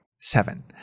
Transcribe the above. Seven